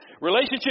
Relationship